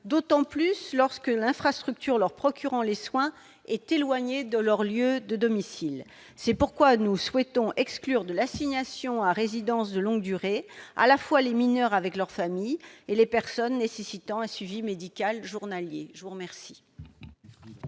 d'autant plus lorsque l'infrastructure leur procurant les soins est éloignée de leur lieu de domicile. C'est pourquoi nous souhaitons exclure de l'assignation à résidence de longue durée, à la fois, les mineurs avec leurs familles et les personnes nécessitant un suivi médical journalier. Quel